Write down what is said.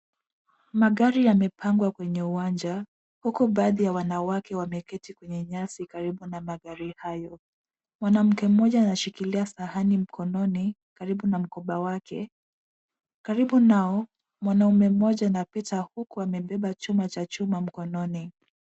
Magari yamepangwa kwenye uwanja huku baadhi ya wanawake wameketi kwenye nyasi karibu na magari hayo mwanamke mmoja anashikilia sahani mkononi karibu na mkoba wake karibu nao mwanamume mmoja anapita huku amebeba chuma cha chuma mkononi.